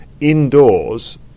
indoors